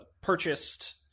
purchased